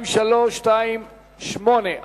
פ/2328,